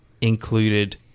included